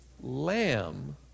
lamb